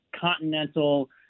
continental